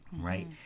right